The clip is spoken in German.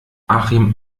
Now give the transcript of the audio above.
achim